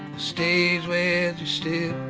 stage with steel